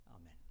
amen